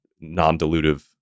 non-dilutive